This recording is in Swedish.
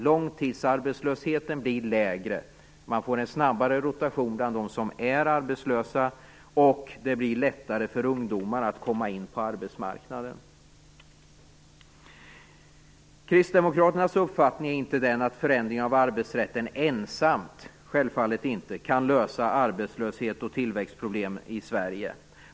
Långtidsarbetslösheten blir lägre, man får en snabbare rotation bland dem som är arbetslösa och det blir lättare för ungdomar att komma in på arbetsmarknaden. Kristdemokraternas uppfattning är självfallet inte att en förändring av arbetsrätten ensam kan lösa arbetslöshet och tillväxtproblem i Sverige.